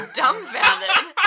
dumbfounded